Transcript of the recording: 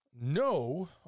No